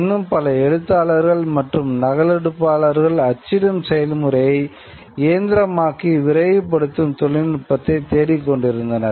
இன்னும் பல எழுத்தாளர்கள் மற்றும் நகலெடுப்பாளர்கள் அச்சிடும் செயல்முறையை இயந்திரமயமாக்கி விரைவுபடுத்தும் தொழில்நுட்பத்தைத் தேடிக்கொண்டிருந்தனர்